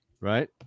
Right